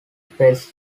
press